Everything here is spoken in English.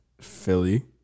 Philly